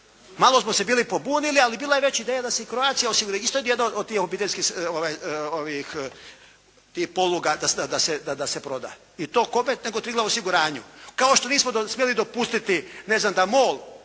malo smo se bili pobunili, ali bila je već ideja da se "Croatia" isto jedna od tih obiteljskih ovih tih poluga da se proda. I to kome nego "Triglav osiguranju". Kao što nismo smjeli dopustiti ne znam da "Mol"